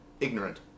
Ignorant